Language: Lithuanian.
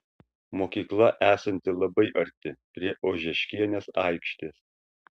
mokykla esanti labai arti prie ožeškienės aikštės